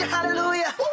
Hallelujah